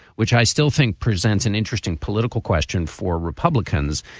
which i still think presents an interesting political question for republicans.